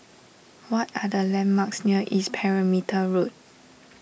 what are the landmarks near East Perimeter Road